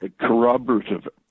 corroborative